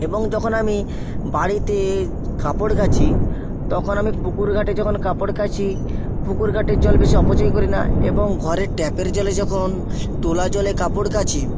এবং যখন আমি বাড়িতে কাপড় কাচি তখন আমি পুকুর ঘাটে যখন কাপড় কাচি পুকুর ঘাটে জল বেশি অপচয় করি না এবং ঘরে ট্যাপের জলে যখন তোলা জলে কাপড় কাচি